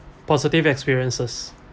positive experiences